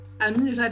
ami